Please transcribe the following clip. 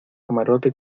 camarote